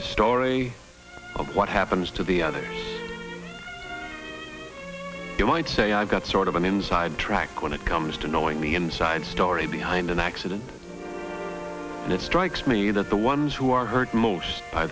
a story of what happens to the other you might say i've got sort of an inside track when it comes to knowing the inside story behind an accident that strikes me that the ones who are hurt most by